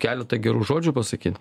keletą gerų žodžių pasakyt